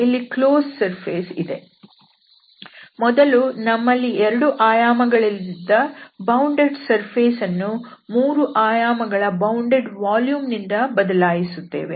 ಈ ಮೊದಲು ನಮ್ಮಲ್ಲಿ ಎರಡು ಆಯಾಮಗಳಲ್ಲಿದ್ದ ಬೌಂಡೆಡ್ ಸರ್ಫೇಸ್ ಅನ್ನು ಮೂರು ಆಯಾಮಗಳ ಬೌಂಡೆಡ್ ವಾಲ್ಯೂಮ್ ನಿಂದ ಬದಲಾಯಿಸುತ್ತೇವೆ